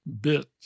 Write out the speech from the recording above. bit